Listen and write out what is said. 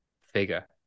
figure